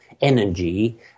energy